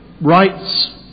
rights